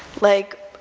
like,